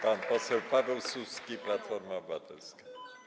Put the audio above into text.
Pan poseł Paweł Suski, Platforma Obywatelska.